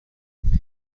این